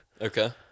Okay